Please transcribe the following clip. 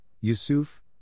Yusuf